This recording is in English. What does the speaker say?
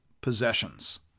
possessions